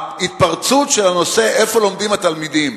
ההתפרצות של הנושא, איפה לומדים התלמידים,